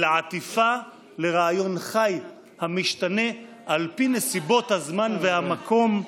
אלא עטיפה לרעיון חי המשתנה על פי נסיבות הזמן והמקום".